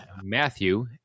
Matthew